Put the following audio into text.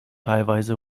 teilweise